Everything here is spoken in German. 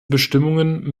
bestimmungen